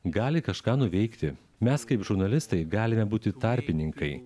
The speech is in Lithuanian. gali kažką nuveikti mes kaip žurnalistai galime būti tarpininkai